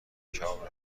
کباب